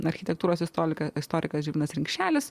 architektūros istolikas istorikas ignas rimšelis